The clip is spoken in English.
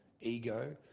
ego